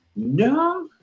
No